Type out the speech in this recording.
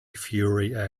fury